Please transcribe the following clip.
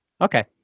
Okay